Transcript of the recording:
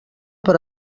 per